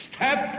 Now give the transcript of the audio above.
Step